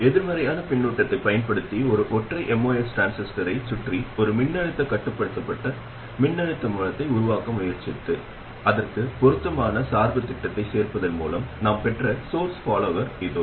எதிர்மறையான பின்னூட்டத்தைப் பயன்படுத்தி ஒரு ஒற்றை MOS டிரான்சிஸ்டரைச் சுற்றி ஒரு மின்னழுத்தக் கட்டுப்படுத்தப்பட்ட மின்னழுத்த மூலத்தை உருவாக்க முயற்சித்து அதற்குப் பொருத்தமான சார்புத் திட்டத்தைச் சேர்ப்பதன் மூலம் நாம் பெற்ற சோர்ஸ் பாலோவர் இதோ